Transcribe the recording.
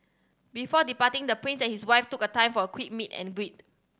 before departing the prince and his wife took a time for a quick meet and read